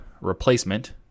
replacement